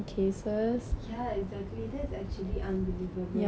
ya exactly there's actually unbelievable